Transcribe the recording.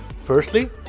Firstly